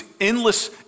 endless